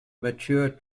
mature